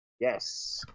Yes